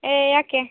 ಏ ಯಾಕೆ